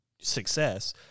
success